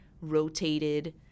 rotated